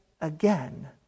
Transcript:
again